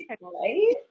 right